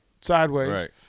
sideways